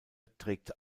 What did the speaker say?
trägt